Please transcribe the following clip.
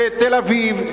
ואת תל-אביב,